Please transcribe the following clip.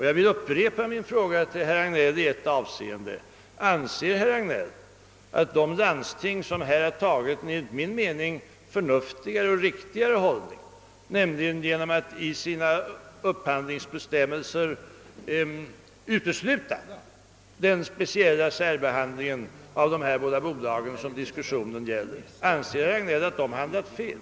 Jag vill upprepa min fråga till herr Hagnell i ett avseende: Anser herr Hagnell att de landsting, vilka enligt min mening har intagit en förnuftigare och riktigare hållning genom att i sina upphandlingsbestämmelser utesluta den speciella särbehandlingen av de båda bolag diskussionen gäller, har handlat fel?